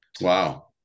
Wow